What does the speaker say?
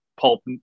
pulp